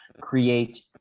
create